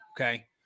okay